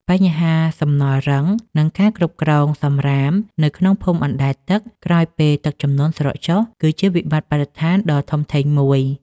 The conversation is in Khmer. បញ្ហាសំណល់រឹង និងការគ្រប់គ្រងសម្រាមនៅក្នុងភូមិអណ្តែតទឹកក្រោយពេលទឹកជំនន់ស្រកចុះ គឺជាវិបត្តិបរិស្ថានដ៏ធំធេងមួយ។